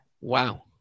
Wow